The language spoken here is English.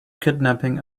kidnapping